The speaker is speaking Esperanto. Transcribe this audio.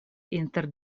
inter